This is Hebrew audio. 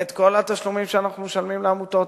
את כל התשלומים שאנחנו משלמים לעמותות,